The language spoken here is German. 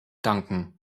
danken